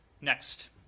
Next